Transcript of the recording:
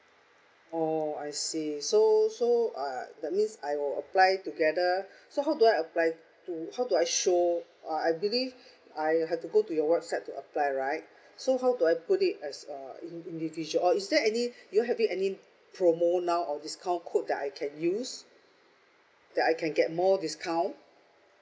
oh I see so so uh that means I will apply together so how do I apply to how do I show uh I believe I have to go to your website to apply right so how do I put it as a individual or is there anything you all having any promo now or discount code that I can use that I can get more discount